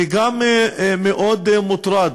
אני גם מאוד מוטרד,